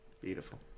Beautiful